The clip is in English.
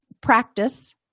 practice